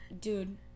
Dude